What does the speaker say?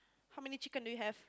how many chicken do you have